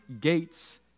gates